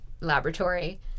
laboratory